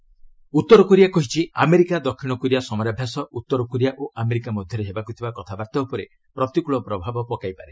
ଏନ୍କୋରିଆ US drill ଉତ୍ତର Korea କହିଛି America ଦକ୍ଷିଣ କୋରିଆ ସମରାଭ୍ୟାସ ଉତ୍ତର କୋରିଆ ଓ ଆମେରିକା ମଧ୍ୟରେ ହେବାକୁ ଥିବା କଥାବାର୍ତ୍ତା ଉପରେ ପ୍ରତିକୃଳ ପ୍ରଭାବ ପକାଇ ପାରେ